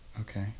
Okay